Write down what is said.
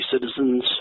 citizens